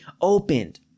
opened